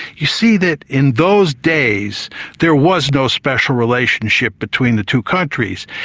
you see that in those days there was no special relationship between the two countries,